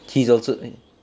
he's also en~